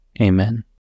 Amen